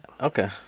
Okay